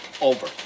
Over